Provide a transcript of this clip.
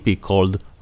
called